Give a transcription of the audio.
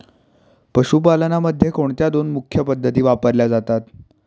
पशुपालनामध्ये कोणत्या दोन मुख्य पद्धती वापरल्या जातात?